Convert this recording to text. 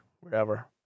wherever